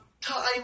time